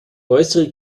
äußere